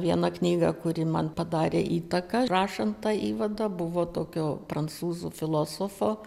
viena knyga kuri man padarė įtaką rašant įvadą buvo tokių prancūzų filosofo